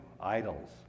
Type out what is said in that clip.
Idols